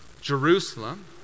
Jerusalem